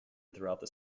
throughout